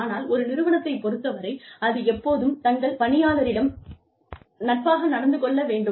ஆனால் ஒரு நிறுவனத்தைப் பொறுத்தவரை அது எப்போதும் தங்கள் பணியாளரிடம் நட்பாக நடந்து கொள்ள வேண்டும்